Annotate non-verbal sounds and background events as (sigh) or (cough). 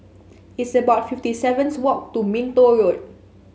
it's about fifty seven (unintelligible) walk to Minto Road